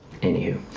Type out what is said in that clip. Anywho